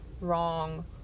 wrong